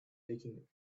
leaking